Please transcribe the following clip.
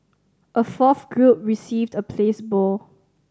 a fourth group received a placebo